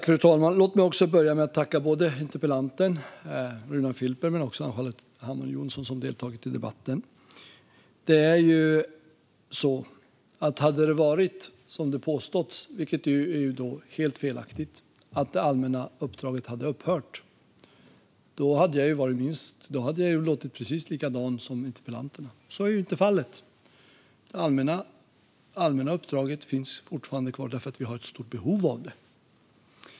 Fru talman! Låt mig börja med att tacka både interpellanten, Runar Filper, och Ann-Charlotte Hammar Johnsson, som deltagit i debatten. Hade det varit som det påståtts, att det allmänna uppdraget hade upphört, vilket är helt felaktigt, hade jag låtit precis likadan som interpellanten. Så är inte fallet. Det allmänna uppdraget finns fortfarande kvar, för vi har ett stort behov av det.